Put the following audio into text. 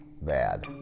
bad